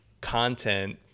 content